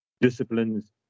disciplines